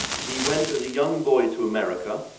he went as a young boy to america,